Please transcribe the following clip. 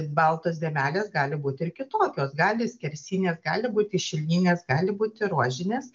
baltos dėmelės gali būt ir kitokios gali skersinė gali būti išilginės gali būti rožinės